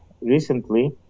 recently